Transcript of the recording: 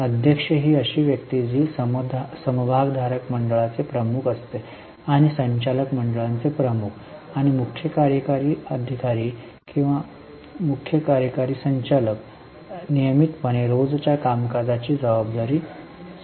अध्यक्ष ही अशी व्यक्ती असते जी समभागधारक मंडळाचे प्रमुख असते आणि संचालक मंडळाचे प्रमुख आणि मुख्य कार्यकारी संचालक किंवा मुख्य कार्यकारी संचालक मुख्य कार्यकारी अधिकारी नियमितपणे रोजच्या कामकाजाची जबाबदारी असते